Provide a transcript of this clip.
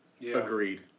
Agreed